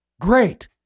great